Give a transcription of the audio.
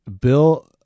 Bill